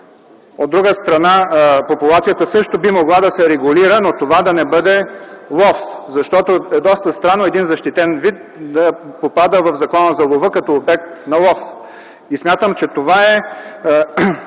От друга страна, популацията също би могла да се регулира, но това да не бъде лов. Защото е доста странно един защитен вид да попада в Закона за лова, като обект на лов. Смятам, че това е